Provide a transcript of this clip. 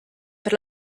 per